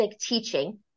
teaching